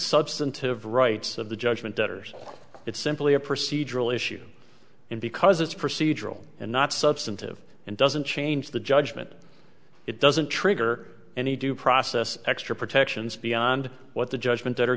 substantive rights of the judgment debtors it's simply a procedural issue and because it's procedural and not substantive and doesn't change the judgement it doesn't trigger any due process extra protections beyond what the judgment